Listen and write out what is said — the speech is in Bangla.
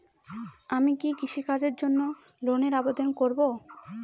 আমি কি কৃষিকাজের জন্য লোনের আবেদন করব?